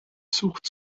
sucht